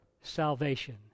salvation